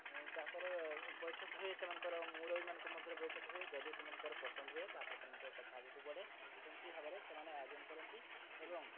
ତାପରେ ବୈଠକ ହୁଏ ସେମାନଙ୍କର ମୁରବିମାନଙ୍କ ମଧ୍ୟରେ ବୈଠକ ହୁଏ ଯଦି ସେମାନଙ୍କର ପସନ୍ଦ ହୁଏ ତା'ପରେ ସେମାନଙ୍କର କଥା ଆଗକୁ ବଢ଼େ ଏମିତି ଭାବରେ ସେମାନେ ଆୟୋଜନ କରନ୍ତି ଏବଂ